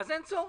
אז אין צורך.